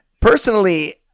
Personally